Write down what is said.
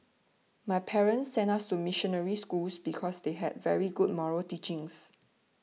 my parents sent us to missionary schools because they had very good moral teachings